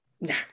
No